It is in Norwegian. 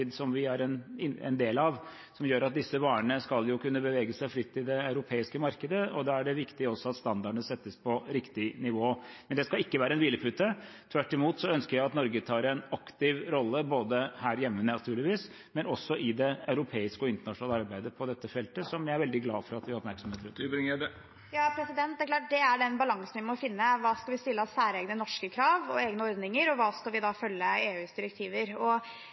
vi er en del av, som gjør at disse varene skal kunne bevege seg fritt i det europeiske markedet, og da er det også viktig at standardene settes på riktig nivå. Men det skal ikke være en hvilepute. Tvert imot ønsker jeg at Norge tar en aktiv rolle her hjemme, naturligvis, men også i det europeiske og internasjonale arbeidet på dette feltet, som jeg er veldig glad for at vi har oppmerksomhet rundt. Det er klart at det er den balansen vi må finne: Hva skal vi stille av særegne norske krav og egne ordninger, og hva skal vi følge av EUs direktiver?